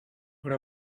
però